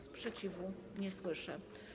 Sprzeciwu nie słyszę.